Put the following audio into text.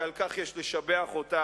ועל כך יש לשבח אותה,